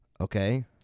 Okay